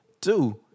Two